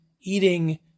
eating